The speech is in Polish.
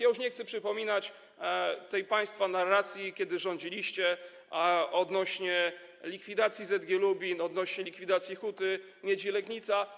Ja już nie chcę przypominać tej państwa narracji, kiedy rządziliście, odnośnie do likwidacji ZG Lubin, odnośnie do likwidacji Huty Miedzi Legnica.